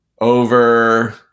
Over